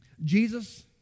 Jesus